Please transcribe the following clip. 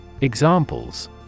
Examples